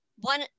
one